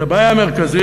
כי הבעיה המרכזית,